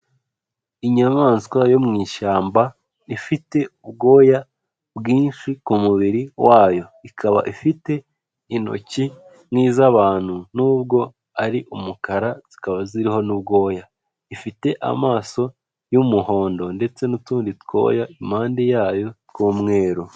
Inyamaswa yo mu ishyamba ifite ubwoya bwinshi ku mubiri wayo, ikaba ifite intoki nk'iz'abantu nubwo ari umukara zikaba ziriho n'ubwoya, ifite amaso y'umuhondo ndetse n'utundi twoya impande yayo tw'umweru.